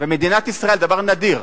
במדינת ישראל, דבר נדיר,